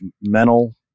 mental